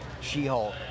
She-Hulk